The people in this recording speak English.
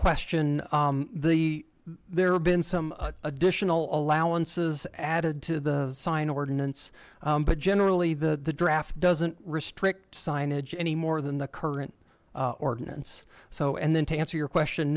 question the there have been some additional allowances added to the sign ordinance but generally the draft doesn't restrict signage any more than the current ordinance so and then to answer your question